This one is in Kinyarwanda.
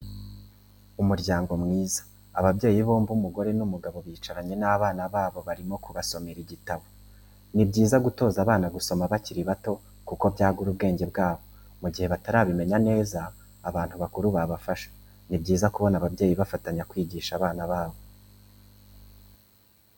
Umuryango mwiza ababyeyi bombi umugore n'umugabo bicaranye n'abana babo barimo kubasomera igitabo, ni byiza gutoza abana gusoma bakiri bato kuko byagura ubwenge bwabo mu gihe batarabimenya neza abantu bakuru babafasha, ni byiza kubona ababyeyi bafatanya kwigisha abana.